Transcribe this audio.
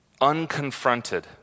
unconfronted